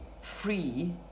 free